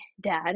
dad